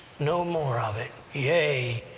no more of it! yea!